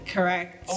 Correct